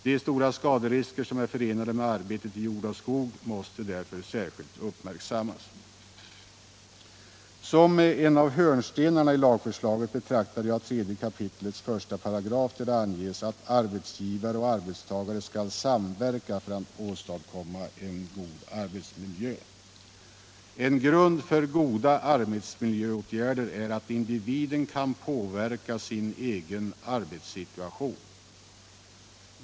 De stora skaderisker som är förenade med arbetet i jord och skog måste därför särskilt uppmärksammas. Som en av hörnstenarna i lagförslaget betraktar jag 3 kap. I §, där det anges att arbetsgivare och arbetstagare skall samverka för att åstadkomma en god arbetsmiljö. En grund för goda arbetsmiljöåtgärder är att individen kan påverka sin egen arbetssituation.